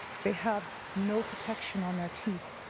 they have no protection. on their teeth.